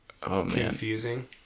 Confusing